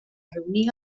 reunir